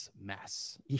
mess